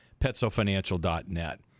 petsofinancial.net